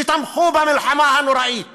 שתמכו במלחמה הנוראית